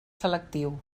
selectiu